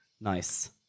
nice